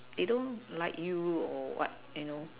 they don't like you or what you know